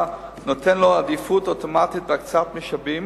נותן לו עדיפות אוטומטית בהקצאת משאבים